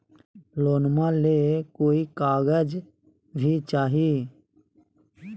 लोनमा ले कोई कागज भी चाही?